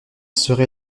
sera